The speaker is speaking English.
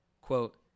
Quote